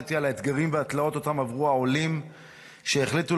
ופירטתי את האתגרים והתלאות שעברו העולים שהחליטו